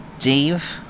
Dave